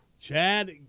Chad